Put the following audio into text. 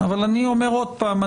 אבל אני אומר עוד פעם,